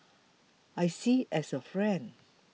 I see as a friend